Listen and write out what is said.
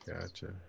gotcha